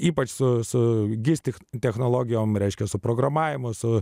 ypač su su gistich technologijom reiškia su programavimu su